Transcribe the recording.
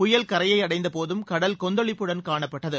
புயல் கரையை அடைந்த போதும் கடல் கொந்தளிப்புடன் காணப்பட்டது